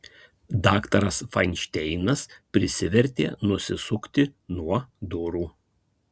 daktaras fainšteinas prisivertė nusisukti nuo durų